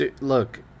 look